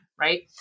right